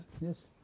Yes